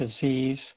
disease